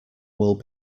will